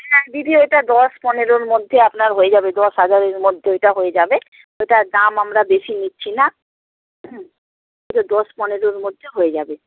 হ্যাঁ দিদি ওইটা দশ পনেরোর মধ্যে আপনার হয়ে যাবে দশ হাজারের মধ্যে ওইটা হয়ে যাবে ওইটার দাম আমরা বেশি নিচ্ছি না হুম ওটা দশ পনেরোর মধ্যে হয়ে যাবে